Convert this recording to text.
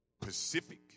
Pacific